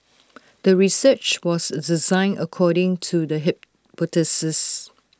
the research was designed according to the hypothesis